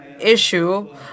issue